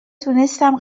تونستم